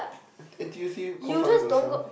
N_T_U_C cause where got sell